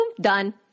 done